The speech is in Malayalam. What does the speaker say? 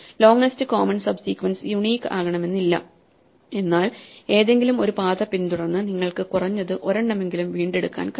longest common subsequence unique ആകണമെന്നില്ല എന്നാൽ ഏതെങ്കിലും ഒരു പാത പിന്തുടർന്ന് നിങ്ങൾക്ക് കുറഞ്ഞത് ഒരെണ്ണമെങ്കിലും വീണ്ടെടുക്കാൻ കഴിയും